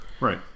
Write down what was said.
right